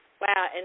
Wow